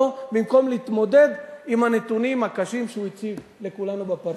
במקום להתמודד עם הנתונים הקשים שהוא הציב לכולנו בפרצוף.